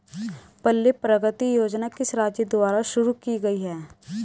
पल्ले प्रगति योजना किस राज्य द्वारा शुरू की गई है?